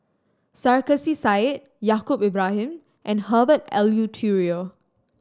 Sarkasi Said Yaacob Ibrahim and Herbert Eleuterio